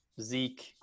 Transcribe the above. Zeke